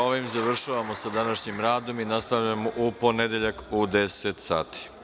Ovim završavamo sa današnjim radom i nastavljamo u ponedeljak u 10.00 sati.